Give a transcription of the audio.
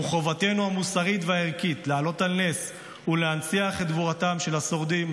וחובתנו המוסרית והערכית להעלות על נס ולהנציח את גבורתם של השורדים,